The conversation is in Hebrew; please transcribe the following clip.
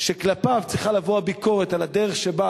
שכלפיו צריכה לבוא הביקורת על הדרך שבה,